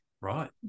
right